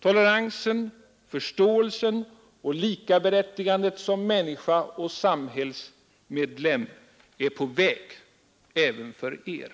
Toleransen, förståelsen och likaberättigandet som människa och samhällsmedlem är på väg — även för er.